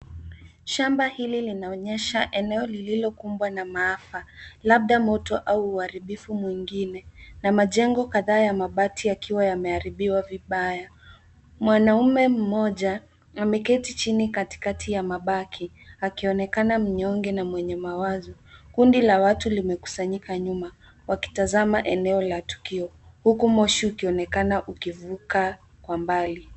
Shamba hili linaonyesha eneo lililokumbwa na maafa labda moto au uharibifu mwingine na majengo kadhaa ya mabati yakiwa yameharibiwa vibaya. Mwanaume mmoja ameketi chini katikati ya mabaki akionekana mnyonge na mwenye mawazo. Kundi la watu limekusanyika nyuma wakitazama eneo la tukio huku moshi ukionekana ukivuka kwa mbali.